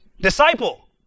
disciple